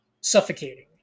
suffocating